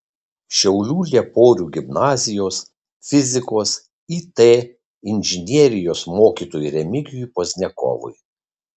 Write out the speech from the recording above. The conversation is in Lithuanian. šiaulių lieporių gimnazijos fizikos it inžinerijos mokytojui remigijui pozniakovui